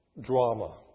drama